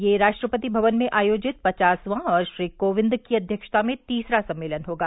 ये राष्ट्रपति भवन में आयोजित पचासवां और श्री कोविंद की अध्यक्षता में तीसरा सम्मेलन होगा